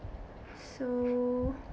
so